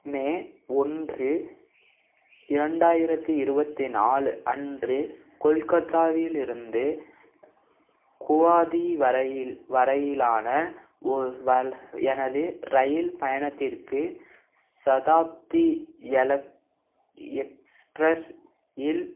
மே ஒன்று இரண்டாயிரத்தி இருபத்தி நாலு அன்று கொல்கத்தாவில் இருந்து குவாஹாதி வரையில் வரையிலான ஓ வல் எனது இரயில் பயணத்திற்கு சதாப்தி எலக் எக்ஸ்பிரஸ் இல்